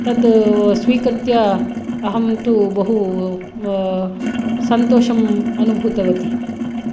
तत् स्वीकृत्य अहं तु बहु सन्तोषम् अनुभूतवती